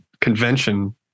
convention